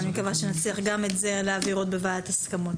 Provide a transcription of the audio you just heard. ואני מקווה שנצליח גם את זה להעביר בוועדת הסכמות.